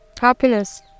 Happiness